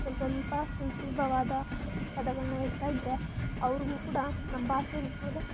ಸ್ವಸ್ವಲ್ಪ ಸುಲ್ ಸುಲಭವಾದ ಪದಗಳನ್ನ ಹೇಳ್ತಾ ಇದ್ದರೆ ಅವ್ರಿಗೂ ಕೂಡ ನಮ್ಮ ಭಾಷೆ ಮೇಲೆ